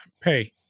Pay